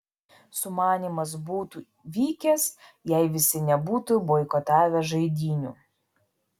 sumanymas būtų vykęs jei visi nebūtų boikotavę žaidynių